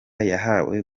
yahawe